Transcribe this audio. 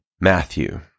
Matthew